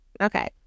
Okay